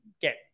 get